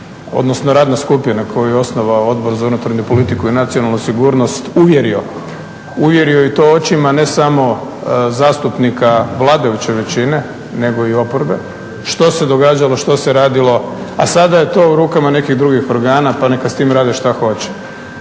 odnosno radna skupina koju je osnovao Odbor za unutarnju politiku i nacionalnu sigurnost uvjerio, uvjerio i to očima ne samo zastupnika vladajuće većine, nego i oporbe što se događalo, što se radilo, a sada je to u rukama nekih drugih organa pa neka s tim rade šta hoće.